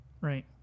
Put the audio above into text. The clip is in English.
Right